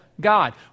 God